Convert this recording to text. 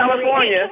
California